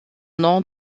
nom